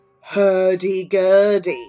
hurdy-gurdy